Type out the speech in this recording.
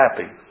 happy